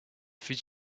fut